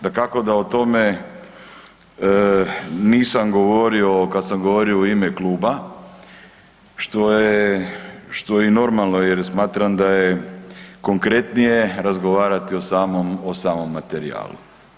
Dakako da o tome nisam govorio kad sam govorio u ime kluba, što je i normalno jer smatram da je konkretnije razgovarati o samom materijalu.